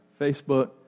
Facebook